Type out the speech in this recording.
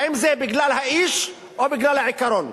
האם זה בגלל האיש או בגלל העיקרון?